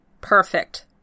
Perfect